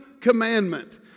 commandment